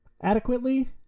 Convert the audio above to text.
adequately